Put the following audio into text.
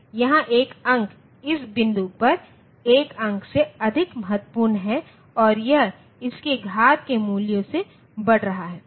यहां एक अंक इस बिंदु पर एक अंक से अधिक महत्वपूर्ण है और यह इसके घात के मूल्यों से बढ़ रहा है